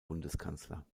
bundeskanzler